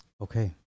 Okay